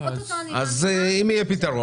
אני מאמינה